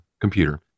computer